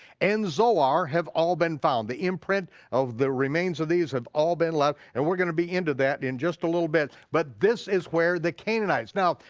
and zohar have all been found, the imprint of the remains of these have all been left, and we're gonna be into that in just a little bit, but this is where the canaanites. now,